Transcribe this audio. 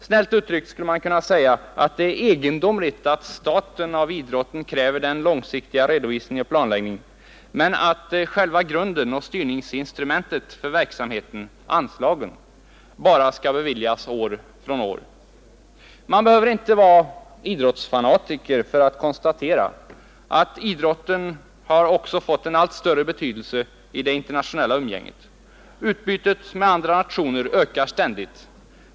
Snällt uttryckt kan man säga att det är egendomligt att staten av idrotten kräver den långsiktiga redovisningen och planläggningen men att själva grunden och styrningsinstrumentet för verksamheten, anslagen, bara skall beviljas år från år. Man behöver inte vara idrottsromantiker för att konstatera att idrotten också har fått en allt större betydelse i det internationella umgänget. Utbytet med andra nationer ökar ständigt.